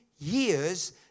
years